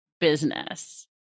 business